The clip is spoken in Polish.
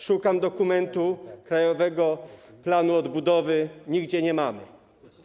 Szukam dokumentu Krajowego Planu Odbudowy, nigdzie go nie mamy.